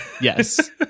Yes